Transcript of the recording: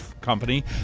company